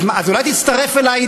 אז אולי תצטרף אלי,